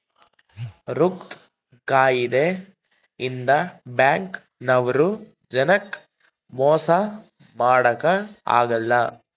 ರೊಕ್ಕದ್ ಕಾಯಿದೆ ಇಂದ ಬ್ಯಾಂಕ್ ನವ್ರು ಜನಕ್ ಮೊಸ ಮಾಡಕ ಅಗಲ್ಲ